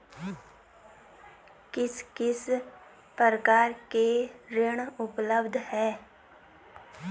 किस किस प्रकार के ऋण उपलब्ध हैं?